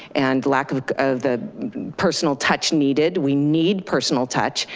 and lack of of the personal touch needed. we need personal touch.